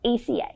ACA